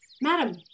Madam